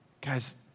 guys